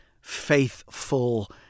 faithful